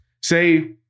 Say